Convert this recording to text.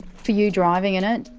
for you driving in it,